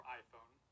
iPhone